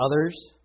Others